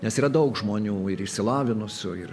nes yra daug žmonių ir išsilavinusių ir